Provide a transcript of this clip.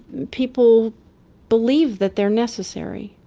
people believe that they're necessary.